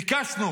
ביקשנו